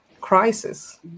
crisis